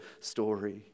story